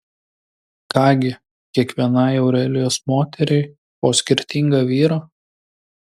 ką gi kiekvienai aurelijos moteriai po skirtingą vyrą